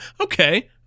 Okay